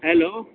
hello